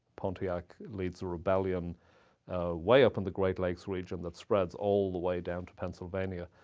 pontiac leads a rebellion way up in the great lakes region that spreads all the way down to pennsylvania.